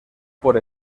por